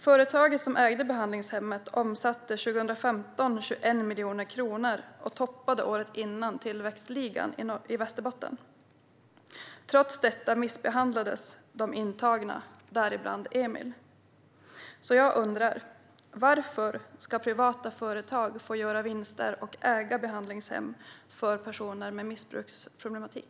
Företaget som ägde behandlingshemmet omsatte 21 miljoner kronor 2015 och toppade året före tillväxtligan i Västerbotten. Trots detta felbehandlades de intagna, däribland Emil. Varför ska privata företag få göra vinster och äga behandlingshem för personer med missbruksproblematik?